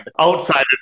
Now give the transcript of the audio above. outside